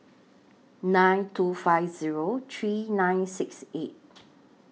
nine two five Zero three nine six eight